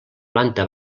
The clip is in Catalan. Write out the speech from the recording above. planta